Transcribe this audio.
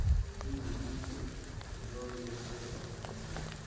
इ विधि के जैव नियंत्रण कहल जाला